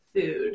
Food